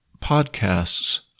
podcasts